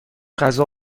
غذا